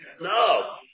No